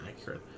accurate